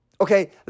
okay